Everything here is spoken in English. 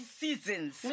seasons